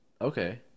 Okay